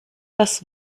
das